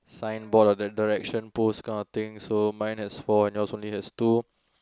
signboard that direction post card thing so mine has four yours only have two